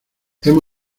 hemos